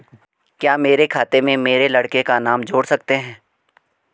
क्या मेरे खाते में मेरे लड़के का नाम जोड़ सकते हैं?